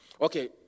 Okay